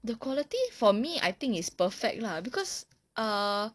the quality for me I think is perfect lah because uh